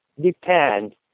depend